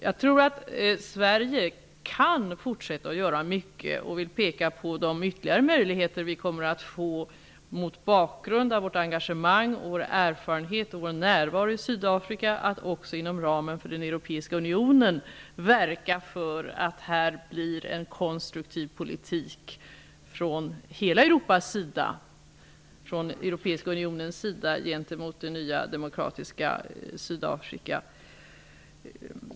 Jag tror att Sverige kan fortsätta att göra mycket och vill peka på de ytterligare möjligheter som vi mot bakgrund av vårt engagemang, vår erfarenhet och vår närvaro i Sydafrika kommer att få inom ramen för den europeiska unionen att verka för en konstruktiv politik från dennas sida gentemot det nya demokratiska Sydafrika.